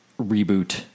reboot